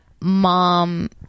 mom